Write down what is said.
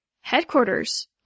Headquarters